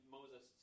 Moses